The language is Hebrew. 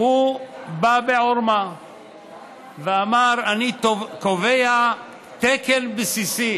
הוא בא בעורמה ואמר: אני קובע תקן בסיסי.